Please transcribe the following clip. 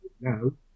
No